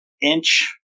inch